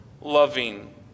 loving